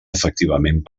efectivament